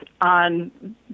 on